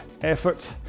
effort